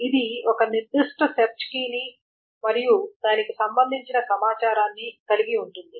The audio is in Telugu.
ఇది ఒక నిర్దిష్ట సెర్చ్ కీని మరియు దానికి సంబంధించిన సమాచారాన్ని కలిగి ఉంటుంది